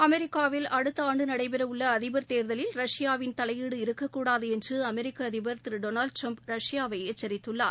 அமெரிக்காவில் அடுத்த ஆண்டு நடைபெறவுள்ள அதிபர் தேர்தலில் ரஷ்பாவின் தலையீடு இருக்கக்கூடாது என்று அமெரிக்கா அதிபர் திரு டொனால்டு ட்டிரம்ப் ரஷ்யாவை எச்சரித்துள்ளார்